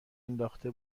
انداخته